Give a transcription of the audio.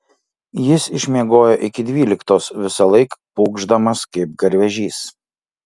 jis išmiegojo iki dvyliktos visąlaik pūkšdamas kaip garvežys